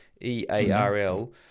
E-A-R-L